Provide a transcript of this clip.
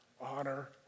Honor